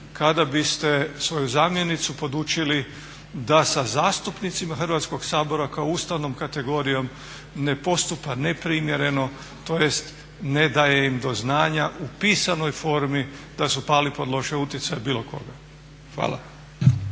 kada biste svoju zamjenicu podučili da sa zastupnicima Hrvatskog sabora kao ustavnom kategorijom ne postupa neprimjereno tj. ne daje im do znanja u pisanoj formi da su pali pod loš utjecaj bilo koga. Hvala.